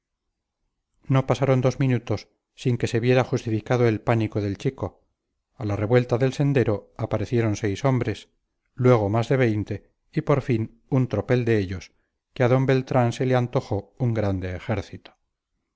no pasaron dos minutos sin que se viera justificado el pánico del chico a la revuelta del sendero aparecieron seis hombres luego más de veinte y por fin un tropel de ellos que a d beltrán se le antojó un grande ejército